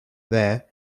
there